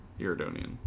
Iridonian